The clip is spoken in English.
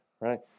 right